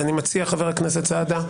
חבר הכנסת סעדה,